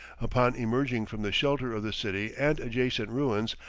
upon emerging from the shelter of the city and adjacent ruins,